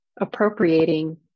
appropriating